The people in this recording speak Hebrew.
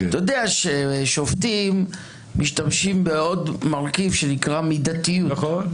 אתה יודע ששופטים משתמשים בעוד מרכיב שנקרא מידתיות,